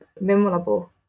memorable